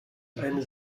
eine